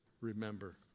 remember